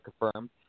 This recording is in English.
confirmed